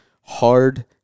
Hard